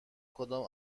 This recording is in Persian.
کدام